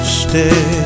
stay